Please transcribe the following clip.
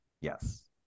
Yes